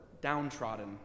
downtrodden